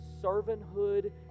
servanthood